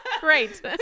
Great